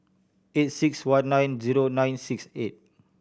eight six one nine zero nine six eight